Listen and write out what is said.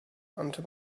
onto